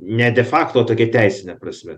ne de fakto tokia teisine prasme